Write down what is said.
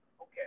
Okay